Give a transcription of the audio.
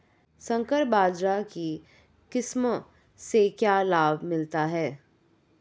संकर बाजरा की किस्म से क्या लाभ मिलता है?